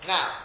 Now